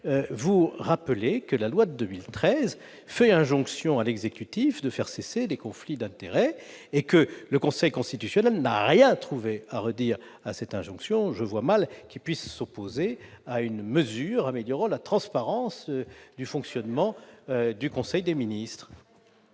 vous rappeler que la loi de 2013 fait injonction à l'exécutif de faire cesser les conflits d'intérêts et que le Conseil constitutionnel n'a rien trouvé à y redire. Dans ces conditions, je n'imagine pas qu'il puisse s'opposer à une mesure améliorant la transparence du fonctionnement du conseil des ministres